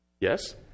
Yes